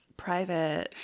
private